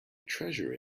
treasure